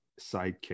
sidekick